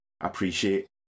appreciate